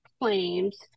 claims